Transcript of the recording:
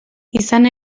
izan